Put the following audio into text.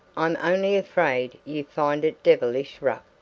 i'm only afraid you find it devilish rough.